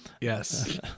Yes